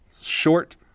Short